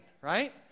right